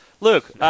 Luke –